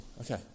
Okay